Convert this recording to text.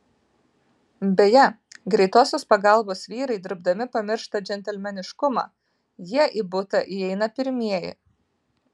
beje greitosios pagalbos vyrai dirbdami pamiršta džentelmeniškumą jie į butą įeina pirmieji